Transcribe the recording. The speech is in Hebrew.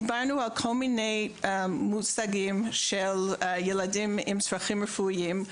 דיברנו על כל מיני מושגים של ילדים עם צרכים רפואיים.